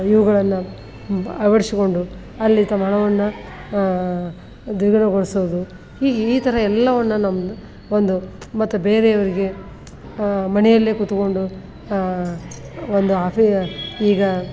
ಇವುಗಳನ್ನು ಅಳವಡ್ಸಿಕೊಂಡು ಅಲ್ಲಿ ತಮ್ಮ ಹಣವನ್ನು ದ್ವಿಗುಣಗೊಳಿಸುವುದು ಹೀಗೆ ಈ ಥರ ಎಲ್ಲವನ್ನು ನಮ್ಮದು ಒಂದು ಮತ್ತು ಬೇರೆಯವರಿಗೆ ಮನೆಯಲ್ಲೇ ಕೂತ್ಕೊಂಡು ಒಂದು ಆಫಿ ಈಗ